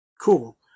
Cool